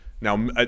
Now